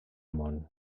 món